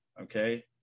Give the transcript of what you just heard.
Okay